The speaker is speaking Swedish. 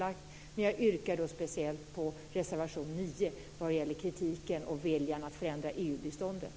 Jag yrkar bifall speciellt till reservation 9 vad gäller kritiken kring och viljan att förändra EU-biståndet.